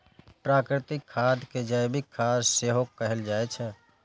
प्राकृतिक खाद कें जैविक खाद सेहो कहल जाइ छै